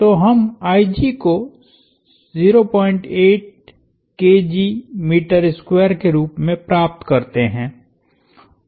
तो हम कोके रूप में प्राप्त करते है